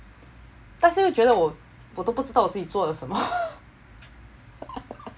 但是又觉得我我都不知道自己做了什么